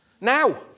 Now